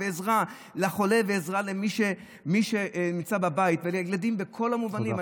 עזרה לחולה ועזרה למי שנמצא בבית ולילדים בכל המובנים.